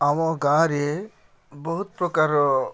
ଆମ ଗାଁରେ ବହୁତ ପ୍ରକାର